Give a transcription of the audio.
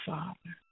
Father